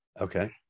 Okay